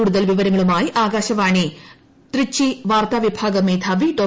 കൂടുതൽ വിവരങ്ങളുമായി ആകാശവാണി ട്രിച്ചി വാർത്താ വിഭാഗം മേധാവി ഡോ